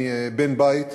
אני בן בית,